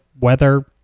weather